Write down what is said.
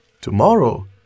tomorrow